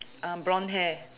uh blonde hair